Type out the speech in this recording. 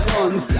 ones